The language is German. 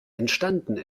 entstanden